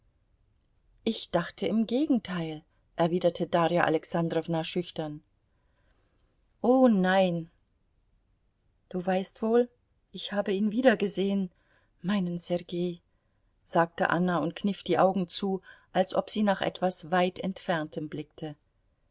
ich dachte im gegenteil erwiderte darja alexandrowna schüchtern o nein du weißt wohl ich habe ihn wiedergesehen meinen sergei sagte anna und kniff die augen zu als ob sie nach etwas weit entferntem blickte